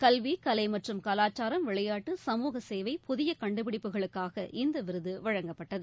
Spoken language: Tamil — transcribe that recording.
கல்வி கலை மற்றும் கலாச்சாரம் விளையாட்டு சமூக சேவை புதிய கண்டுபிடிப்புகளுக்காக இந்த விருது வழங்கப்பட்டது